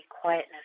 quietness